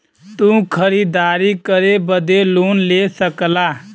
तू खरीदारी करे बदे लोन ले सकला